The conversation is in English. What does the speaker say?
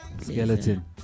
Skeleton